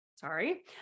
Sorry